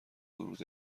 ورود